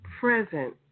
present